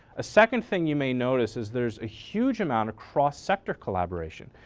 a second thing you may notice is there's a huge amount of cross sector collaboration.